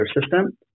system